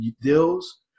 deals